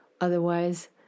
Otherwise